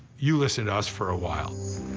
you listen to us for a while.